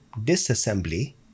disassembly